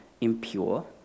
impure